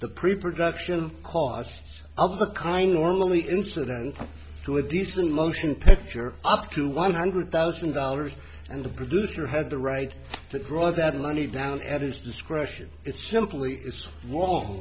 the pre production cost of the kind normally incident to a decent motion picture up to one hundred thousand dollars and the producer had the right to draw that money down at his discretion it's simply it's w